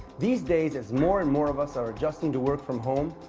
these days as more and more of us are adjusting to work from home,